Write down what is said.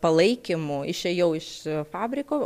palaikymu išėjau iš fabriko